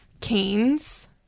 canes